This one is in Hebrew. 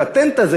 הפטנט הזה,